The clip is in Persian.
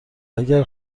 اگر